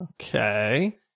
Okay